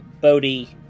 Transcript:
Bodhi